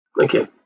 Okay